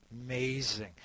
amazing